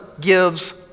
gives